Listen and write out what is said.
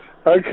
Okay